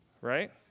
right